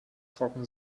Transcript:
trocken